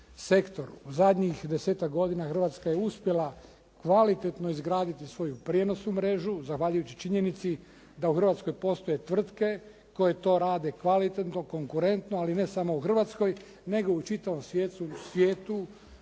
Zadnjih desetak godina Hrvatska je uspjela kvalitetno izgraditi svoju prijenosnu mrežu zahvaljujući činjenici da u Hrvatskoj postoje tvrtke koje to rade kvalitetno, konkurentno. Ali ne samo u Hrvatskoj, nego i u čitavom svijetu,